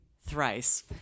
thrice